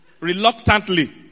reluctantly